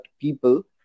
people